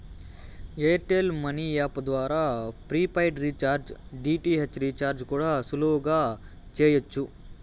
air tell money app ద్వారా prepaid recharge, DTH recharge కూడా సులువుగా చెయ్యచ్చు